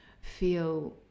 feel